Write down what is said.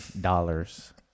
dollars